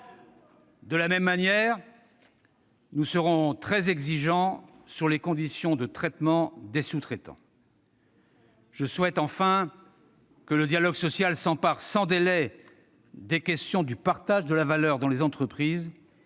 De la même manière, nous serons très exigeants sur les conditions de traitement des sous-traitants. Je souhaite en outre que le dialogue social s'empare sans délai de la question du partage de la valeur dans les entreprises